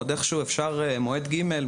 שבה איכשהו אפשר להשתמש במועד ג'.